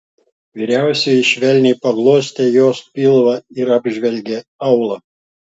vyriausioji švelniai paglostė jos pilvą ir apžvelgė aulą